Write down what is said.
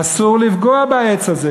אסור לפגוע בעץ הזה,